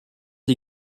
des